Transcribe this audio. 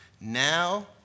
now